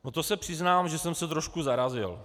To se přiznám, že jsem se trošku zarazil.